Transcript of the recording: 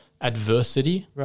adversity